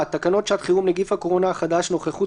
(1)תקנות שעת חירום (נגיף הקורונה החדש) (נוכחות